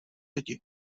lidi